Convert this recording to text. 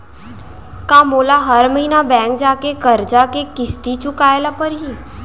का मोला हर महीना बैंक जाके करजा के किस्ती चुकाए ल परहि?